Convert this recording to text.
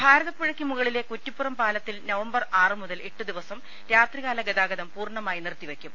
ഭാരതപ്പുഴക്ക് മുകളിലെ കുറ്റിപ്പുറം പാലത്തിൽ November ആറുമുതൽ എട്ടുദിവസം രാത്രികാല ഗതാഗതം പൂർണ്ണമായി നിർത്തിവെയ്ക്കും